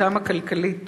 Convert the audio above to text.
שיכולתם הכלכלית